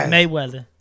Mayweather